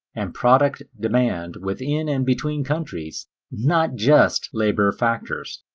and product demand within and between countries not just labor factors.